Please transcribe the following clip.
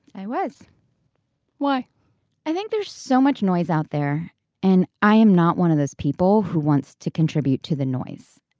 i was why i think there's so much noise out there and i am not one of those people who wants to contribute to the noise.